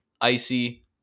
Icy